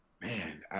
man